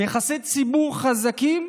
ויחסי ציבור חזקים,